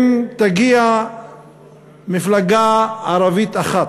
אם תגיע מפלגה ערבית אחת,